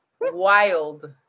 Wild